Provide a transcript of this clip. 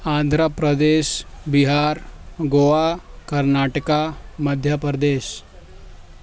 Andhra Pradesh Bihar Goa Karnataka Madhya Pradesh